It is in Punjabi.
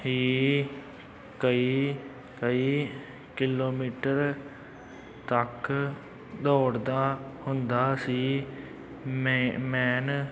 ਹੀ ਕਈ ਕਈ ਕਿਲੋਮੀਟਰ ਤੱਕ ਦੌੜਦਾ ਹੁੰਦਾ ਸੀ ਮੈਨ